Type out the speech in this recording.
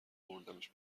بردمش